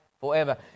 forever